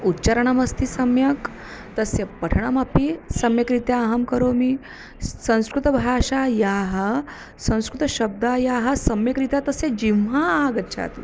उच्चरणमस्ति सम्यक् तस्य पठनमपि सम्यक्रीत्या अहं करोमि संस्कृतभाषायाः संस्कृतशब्दाः सम्यक्रीत्या तस्य जिह्मा आगच्छेत्